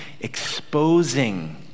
exposing